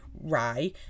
rye